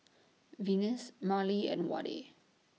Venice Marley and Wade